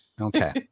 Okay